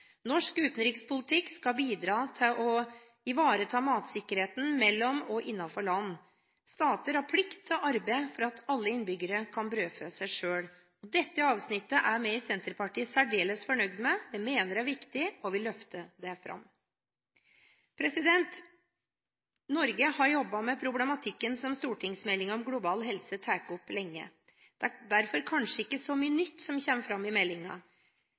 Norsk utenrikspolitikk skal bidra til å ivareta matsikkerheten mellom og innenfor land. Stater har plikt til å arbeide for at alle innbyggere kan brødfø seg selv.» Dette avsnittet er vi i Senterpartiet særdeles fornøyd med, vi mener det er viktig og vil løfte det fram. Norge har lenge jobbet med den problematikken som stortingsmeldingen om global helse tar opp. Det er derfor kanskje ikke så mye nytt som kommer fram i